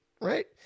Right